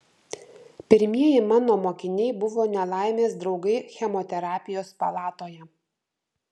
pirmieji mano mokiniai buvo nelaimės draugai chemoterapijos palatoje